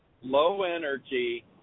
low-energy